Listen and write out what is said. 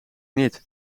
niet